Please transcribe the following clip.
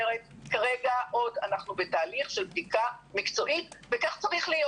כרגע אנחנו בתהליך של בדיקה מקצועית וכך צריך להיות.